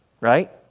right